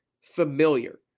familiar